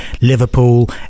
Liverpool